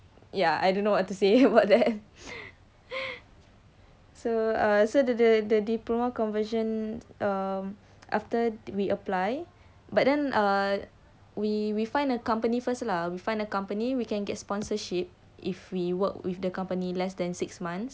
ya I don't know what to say about that so err so the the the diploma conversion um after we apply but then err we we find a company first lah we find the company we can get sponsorship if we work with the company less than six months